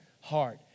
heart